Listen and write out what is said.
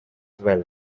well